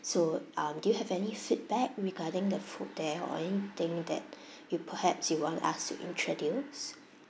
so um do you have any feedback regarding the food there or anything that you perhaps you want us to introduce